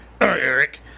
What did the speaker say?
Eric